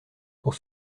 pour